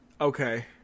okay